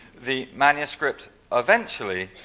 the manuscript eventually